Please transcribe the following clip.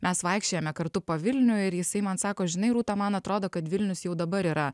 mes vaikščiojome kartu po vilnių ir jisai man sako žinai rūta man atrodo kad vilnius jau dabar yra